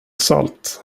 salt